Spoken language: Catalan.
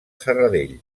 serradell